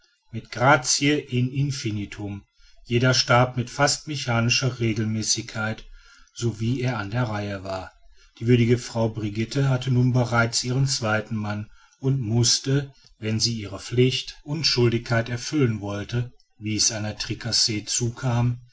mit grazie in infinitum jeder starb mit fast mechanischer regelmäßigkeit sowie er an der reihe war die würdige frau brigitte hatte nun bereits ihren zweiten mann und mußte wenn sie ihre pflicht und schuldigkeit erfüllen wollte wie es einer tricasse zukam